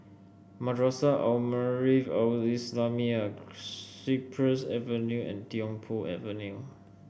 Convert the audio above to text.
Madrasah Al Maarif Al Islamiah Cypress Avenue and Tiong Poh Avenue